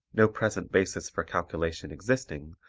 no present basis for calculation existing,